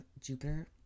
Jupiter